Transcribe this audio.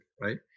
right